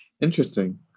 interesting